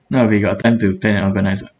now we got time to plan and organize [what]